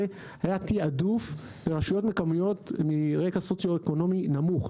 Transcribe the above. היה תעדוף לרשויות מקומיות מרקע סוציו-אקונומי נמוך.